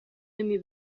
эми